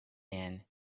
man